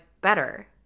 better